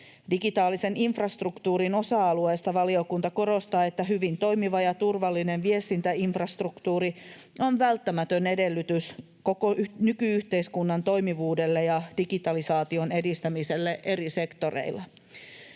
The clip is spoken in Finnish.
Digitaalisen infrastruktuurin osa-alueesta valiokunta korostaa, että hyvin toimiva ja turvallinen viestintäinfrastruktuuri on välttämätön edellytys koko nyky-yhteiskunnan toimivuudelle ja digitalisaation edistämiselle eri sektoreilla.